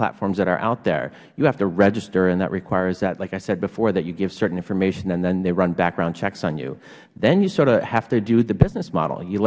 platforms that are out there you have to register and that requires that like i said before that you give certain information and then they run background checks on you then you sort have to do the business model you